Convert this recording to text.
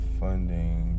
funding